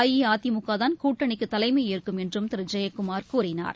அஇஅதிமுக தான் கூட்டணிக்கு தலைமையேற்கும் என்றும் திரு ஜெயக்குமார் கூறினார்